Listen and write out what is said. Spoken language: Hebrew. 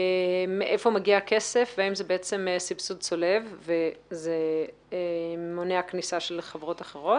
מהיכן מגיע הכסף והאם זה בעצם סבסוד צולב ומונע כניסה של חברות אחרות.